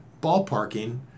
ballparking